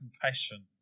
compassion